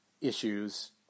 issues